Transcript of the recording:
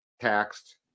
Taxed